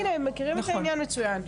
הינה, הם מכירים את העניין מצוין.